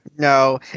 No